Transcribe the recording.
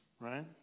Right